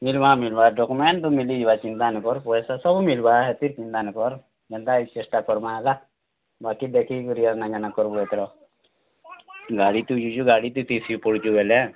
ମିଲ୍ବା ମିଲ୍ବା ଡକ୍ୟୁମେଣ୍ଟ୍ ତ ମିଲିଯିବା ଚିନ୍ତା ନାଇଁ କର୍ ପଏସା ସବୁ ମିଲ୍ବା ହେତ୍କି ଚିନ୍ତା ନାଇଁ କର୍ ଯେନ୍ତା ହେଲେ ଚେଷ୍ଟା କର୍ମା ହେଲା ବାକି ଦେଖିକରି ଆନା ଯାନା କର୍ବୁ ଏଥର ଗାଡ଼ିଥି ଥିସି ପଡ଼ିଥିବା ବୋଇଲେ